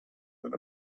than